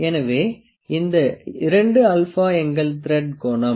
எனவே இந்த 2α எங்கள் த்ரெட் கோணம்